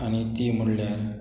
आनी ती म्हणल्यार